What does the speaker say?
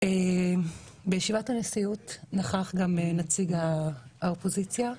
בישיבת הנשיאות נכח גם נציג האופוזיציה,